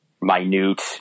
minute